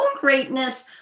greatness